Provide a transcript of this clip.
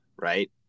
right